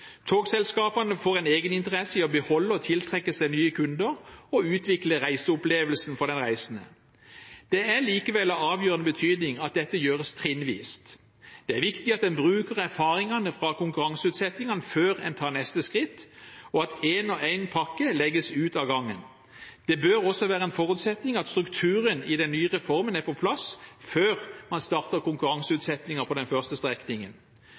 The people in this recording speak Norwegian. Togselskapene får en egeninteresse i å beholde og tiltrekke seg nye kunder og utvikle reiseopplevelsen for den reisende. Det er likevel av avgjørende betydning at dette gjøres trinnvis. Det er viktig at en bruker erfaringene fra konkurranseutsettingene før en tar neste skritt, og at en og en pakke legges ut av gangen. Det bør også være en forutsetning at strukturen i den nye reformen er på plass før man starter konkurranseutsettingen på den første strekningen.